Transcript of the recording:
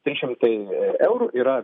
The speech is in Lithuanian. trys šimtai eurų yra